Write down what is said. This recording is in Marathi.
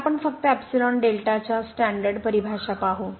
तर आपण फक्त एप्सिलॉन डेल्टा च्या स्टॅन्डर्ड परिभाषा पाहू